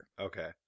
Okay